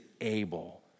able